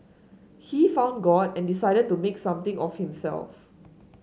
he found God and decided to make something of himself